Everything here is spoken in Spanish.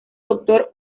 doctor